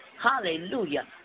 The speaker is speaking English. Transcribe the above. Hallelujah